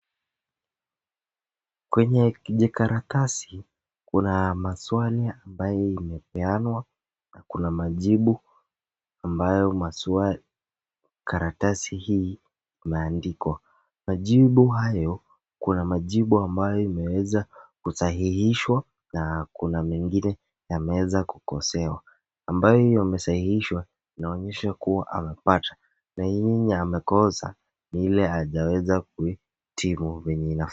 Kwenye kijikaratasi kuna maswali ambayo imepeanwa na kuna majibu ambayo karatasi hii imeandikwa. Majibu hayo kuna majibu ambayo imeweza kusahihishwa na kuna mengine yameza kukosewa. Ambayo imesahihishwa inaonyesha kuwa amepata. Na yenye amekosa ni ile hajaweza kutimiza.